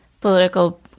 political